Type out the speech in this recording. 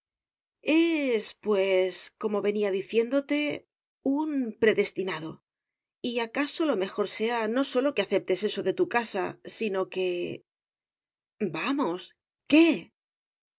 es pues como venía diciéndote un predestinado y acaso lo mejor sea no sólo que aceptes eso de tu casa sino que vamos qué